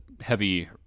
heavy